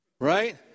right